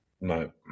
No